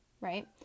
right